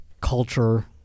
culture